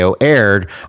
aired